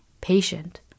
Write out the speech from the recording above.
patient